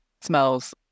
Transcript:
smells